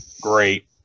great